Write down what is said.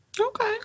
Okay